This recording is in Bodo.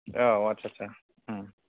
औ आथ्सा आथ्सा